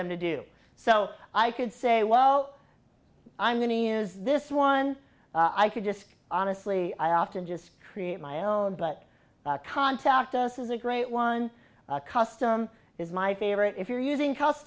them to do so i could say well i'm going to this one i could just honestly i often just create my own but contact us is a great one custom is my favorite if you're using cust